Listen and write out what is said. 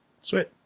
Sweet